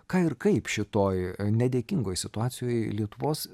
ką ir kaip šitoj nedėkingoj situacijoj lietuvos